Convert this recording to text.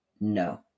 No